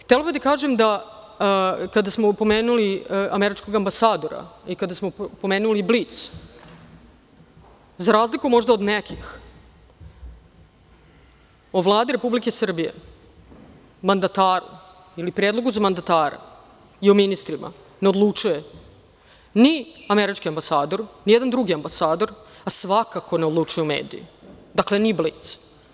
Htela bih da kažem da, kada smo pomenuli američkog ambasadora i kada smo pomenuli Blic, za razliku možda od nekih, o Vladi Republike Srbije, mandataru ili predlogu za mandatara i o ministrima ne odlučuje ni američki ambasador, nijedan drugi ambasador, a svakako ne odlučuju mediji, dakle, ni Blic.